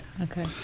Okay